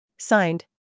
Signed